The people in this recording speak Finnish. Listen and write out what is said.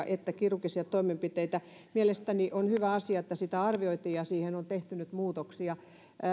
että kirurgisia toimenpiteitä mielestäni on hyvä asia että sitä arvioitiin ja siihen on tehty nyt muutoksia